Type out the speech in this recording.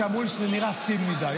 שאמרו לי שזה נראה סיני מדי.